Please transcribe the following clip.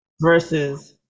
versus